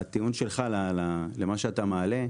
לטיעון שלך, למה שאתה מעלה,